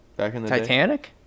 Titanic